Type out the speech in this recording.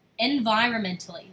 environmentally